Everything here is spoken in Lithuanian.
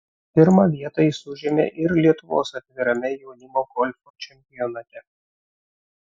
pirmą vietą jis užėmė ir lietuvos atvirame jaunimo golfo čempionate